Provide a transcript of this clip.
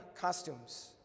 costumes